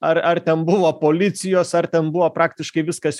ar ar ten buvo policijos ar ten buvo praktiškai viskas